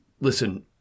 Listen